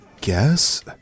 guess